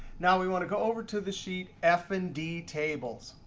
now we want to go over to the sheet f and d tables.